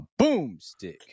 Boomstick